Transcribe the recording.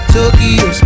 Tokyo